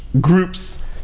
groups